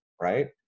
right